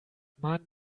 man